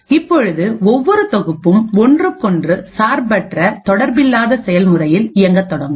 இப்பொழுது ஒவ்வொரு தொகுப்பும் ஒன்றுக்கொன்று சார்பற்ற தொடர்பில்லாத செயல்முறையில் இயங்கத் தொடங்கும்